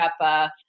up